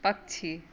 पक्षी